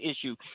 issue